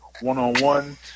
one-on-one